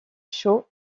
chaud